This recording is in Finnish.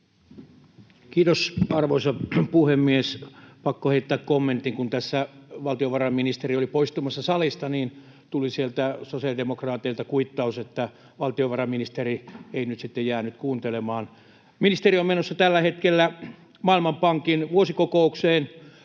Kiitos, arvoisa puhemies! Pakko heittää kommentti: Kun tässä valtiovarainministeri oli poistumassa salista, niin sieltä sosiaalidemokraateilta tuli kuittaus, että valtiovarainministeri ei nyt sitten jäänyt kuuntelemaan. Ministeri on menossa tällä hetkellä edustamaan Suomea Maailmanpankin vuosikokoukseen,